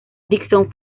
dixon